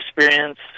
experience